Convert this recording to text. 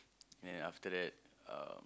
and after that um